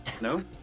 No